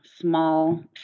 small